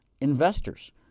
investors